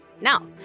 Now